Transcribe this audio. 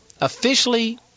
officially